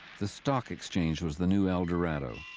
the stock exchange was the new eldorado.